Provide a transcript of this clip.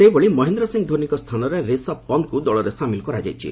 ସେହିଭଳି ମହେନ୍ଦ୍ର ସିଂ ଧୋନୀଙ୍କ ସ୍ଥାନରେ ରିଷଭ ପନ୍ଥଙ୍କୁ ଦଳରେ ସାମିଲ୍ କରାଯାଇଛି